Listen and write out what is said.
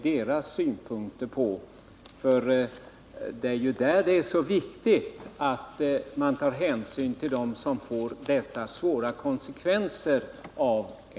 Det är väldigt viktigt att ta hänsyn till dem och vad de har att säga.